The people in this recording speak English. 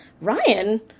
ryan